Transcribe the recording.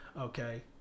Okay